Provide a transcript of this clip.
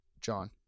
John